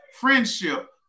friendship